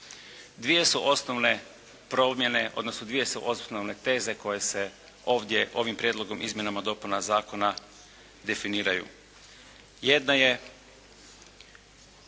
dvije su osnovne teze koje se ovdje ovim prijedlogom izmjena i dopuna zakona definiraju. Jedna je